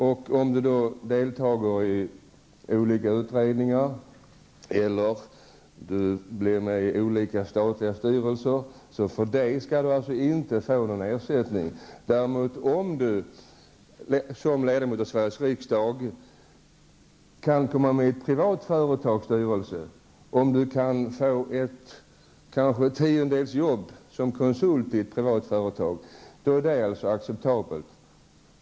Om du senare deltar i olika utredningar eller blir med i olika statliga styrelser skall du inte ha någon extra ersättning för den saken. Om du däremot som ledamot av Sveriges riksdag kan komma med i ett privat företags styrelse eller kanske få ett tiondelsjobb som konsult i ett privat företag, då är extra ersättning acceptabelt.